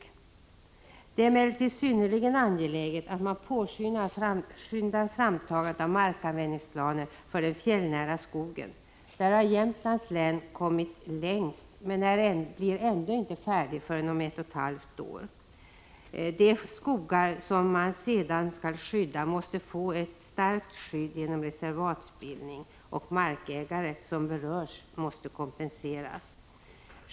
z förslag Det är emellertid synnerligen angeläget att man påskyndar framtagandet av markanvändningsplaner för den fjällnära skogen. Där har Jämtlands län kommit längst, men man är ändå inte färdig förrän om ett och ett halvt år. De skogar som sedan skall skyddas måste få ett skydd genom reservatbildning. De markägare som berörs måste då kompenseras.